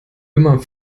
ömer